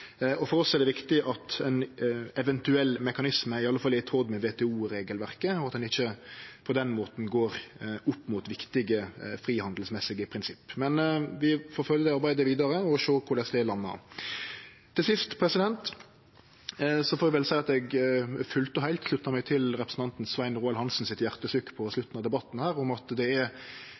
For oss er det viktig at ein eventuell mekanisme i alle fall er i tråd med WTO-regelverket, og at han ikkje på den måten går imot viktige frihandelsmessige prinsipp. Vi får følgje arbeidet vidare og sjå korleis det landar. Til sist får eg vel seie at eg fullt og heilt sluttar meg til representanten Svein Roald Hansen sitt hjartesukk på slutten av denne debatten om at det er